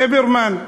ליברמן.